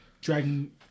dragon